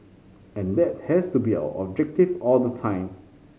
and that has to be our objective all the time